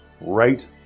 right